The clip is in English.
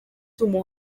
sumo